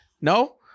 No